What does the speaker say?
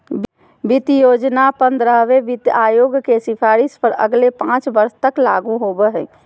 वित्त योजना पंद्रहवें वित्त आयोग के सिफारिश पर अगले पाँच वर्ष तक लागू होबो हइ